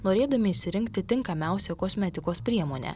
norėdami išsirinkti tinkamiausią kosmetikos priemonę